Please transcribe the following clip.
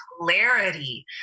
clarity